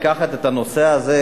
לקחת את הנושא הזה,